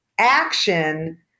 action